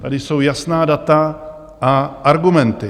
Tady jsou jasná data a argumenty.